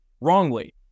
wrongly